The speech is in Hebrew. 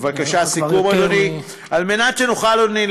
בבקשה, סיכום, אדוני.